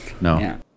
No